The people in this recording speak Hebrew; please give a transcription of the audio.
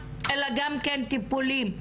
אלא גם כן טיפולים,